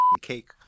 cake